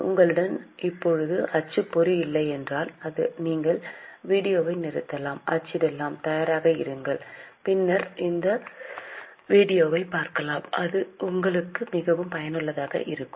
உங்களிடம் இப்போது அச்சுப்பொறி இல்லையென்றால் நீங்கள் வீடியோவை நிறுத்தலாம் அச்சிடலாம் தயாராக இருங்கள் பின்னர் இந்த வீடியோவைப் பார்க்கலாம் அது உங்களுக்கு மிகவும் பயனுள்ளதாக இருக்கும்